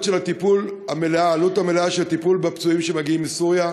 המלאה של הטיפול בפצועים שמגיעים מסוריה.